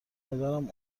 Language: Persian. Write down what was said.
مادرم